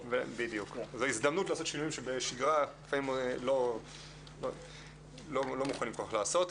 זו הזדמנות לעשות שינויים שבשגרה לא כל כך לעשות.